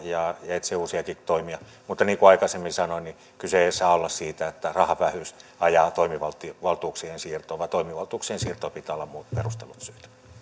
etsiä uusiakin toimia mutta niin kuin aikaisemmin sanoin kyse ei saa olla siitä että rahan vähyys ajaa toimivaltuuksien siirtoon vaan toimivaltuuksien siirtoon pitää olla muut perustellut